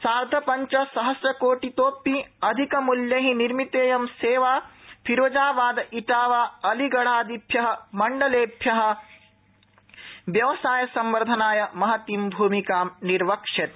सार्धपञ्च सहम्रकोटितोऽपि अधिकमूल्यै निर्मितेयं सेवा कानपुर फिरोजाबाद इटावा अलीगढ़ादिभ्य मण्डलेभ्य व्यवसाय संवर्धनाय महतीं भूमिकां निर्वक्ष्यति